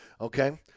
Okay